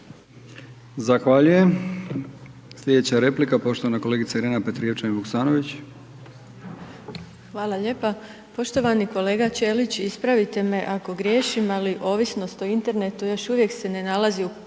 Zahvaljujem. Slijedeća replika poštovana kolegica Irena Petrijevčanin Vuksanović. **Petrijevčanin Vuksanović, Irena (HDZ)** Hvala lijepa, poštovani kolega Ćelić ispravite me ako griješim, ali ovisnost o internetu još uvijek se ne nalazi u